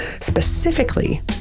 specifically